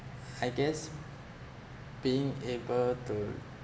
I guess being able to